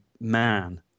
man